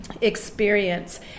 experience